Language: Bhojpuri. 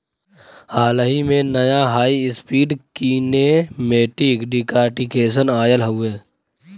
हाल ही में, नया हाई स्पीड कीनेमेटिक डिकॉर्टिकेशन आयल हउवे